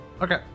Okay